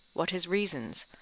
what his reasons,